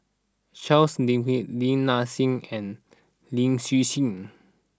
Charles Lin Hen Lin Nanxing and Lin Hsin Hsin